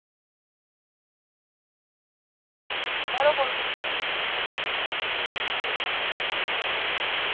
थुआढ़े कोल किन्नियां न